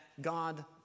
God